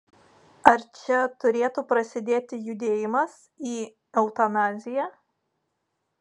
ar čia turėtų prasidėti judėjimas į eutanaziją